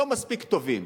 לא מספיק טובים.